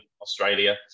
Australia